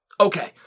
Okay